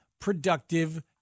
productive